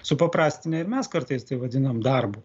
supaprastinę ir mes kartais tai vadinam darbu